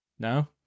no